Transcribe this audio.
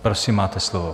Prosím, máte slovo.